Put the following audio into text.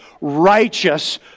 righteous